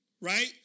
Right